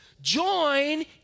join